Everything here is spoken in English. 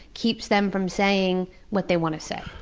keeps them from saying what they want to say.